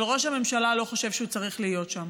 אבל ראש הממשלה לא חושב שהוא צריך להיות שם.